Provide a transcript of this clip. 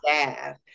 staff